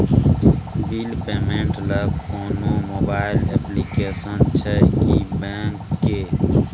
Bill payment ल कोनो mobile application छै की बैंक के?